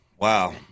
Wow